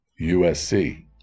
USC